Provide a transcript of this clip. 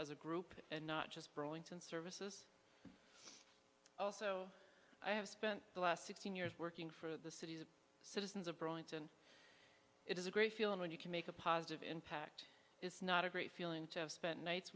as a group and not just burlington services also i have spent the last sixteen years working for the city's citizens of burlington it is a great feeling when you can make a positive impact it's not a great feeling to have spent nights